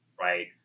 right